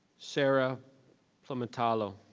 sarah plumitallo.